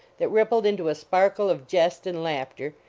that rippled into a sparkle of jest and laughter,